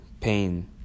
pain